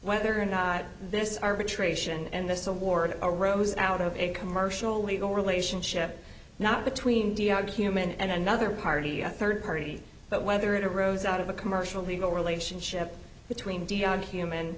whether or not this arbitration and this award arose out of a commercial legal relationship not between human and another party a third party but whether it arose out of a commercial legal relationship between india and human